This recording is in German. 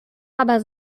aber